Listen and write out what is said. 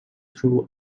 through